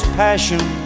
passion